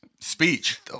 speech